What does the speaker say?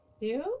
Two